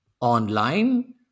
online